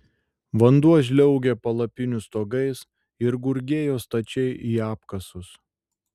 vanduo žliaugė palapinių stogais ir gurgėjo stačiai į apkasus